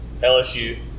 LSU